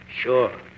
sure